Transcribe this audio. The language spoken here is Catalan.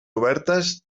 obertes